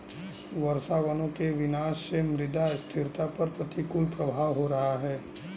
वर्षावनों के विनाश से मृदा स्थिरता पर प्रतिकूल प्रभाव हो रहा है